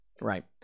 Right